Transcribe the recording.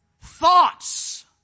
thoughts